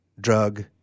drug